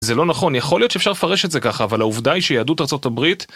זה לא נכון, יכול להיות שאפשר לפרש את זה ככה, אבל העובדה היא שיהדות ארה״ב...